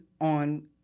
on